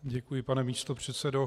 Děkuji, pane místopředsedo.